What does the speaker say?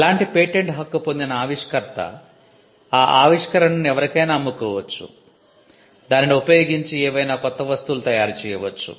ఇలాంటి పేటెంట్ హక్కు పొందిన ఆవిష్కర్త ఆ ఆవిష్కరణను ఎవరికైనా అమ్ముకోవచ్చు దానిని వుపయోగించి ఏవైనా కొత్త వస్తువులు తయారు చేయవచ్చు